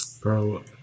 Bro